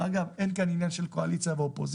דרך אגב, אין כאן עניין של קואליציה ואופוזיציה,